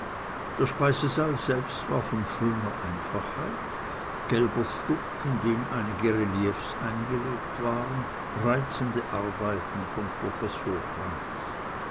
der speisesaal selbst war von schöner einfachheit gelber stuck in den einige reliefs eingelegt waren reizende arbeiten von professor franz